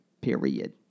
Period